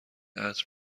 عطر